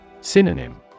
Synonym